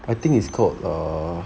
I think it's called err